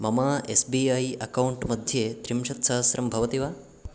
मम S B I account मध्ये त्रिंशत्सहस्रं भवति वा